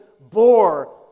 bore